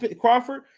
Crawford